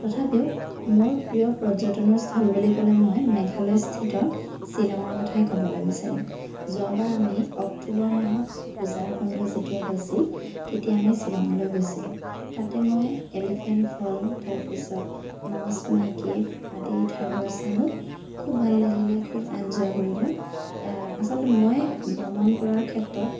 তথাপিও মোৰ প্ৰিয় পৰ্যটনৰ স্থল বুলি ক'লে মই মেঘালয়তস্থিত শ্বিলঙৰ কথাই ক'বলৈ বিচাৰিম যোৱাবাৰ আমি অক্টোবৰ মাহত পূজাৰ বন্ধ যেতিয়া হৈছিল তেতিয়া আমি শ্বিলঙলৈ গৈছিলোঁ তাতে মই এলিফেণ্ট ফল তাৰপিছত মই মাউচমাই কেভ আদি ঠাইবোৰ চালোঁ খুব ভাল লাগিলে খুব এনজয় কৰিলোঁ আচলতে মই ভ্ৰমণ কৰাৰ ক্ষেত্ৰত